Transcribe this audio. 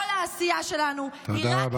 כל העשייה שלנו, תודה רבה.